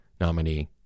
nominee